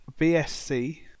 bsc